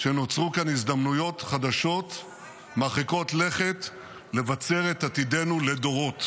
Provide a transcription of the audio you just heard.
-- שנוצרו כאן הזדמנויות חדשות מרחיקות לכת לבצר את עתידנו לדורות.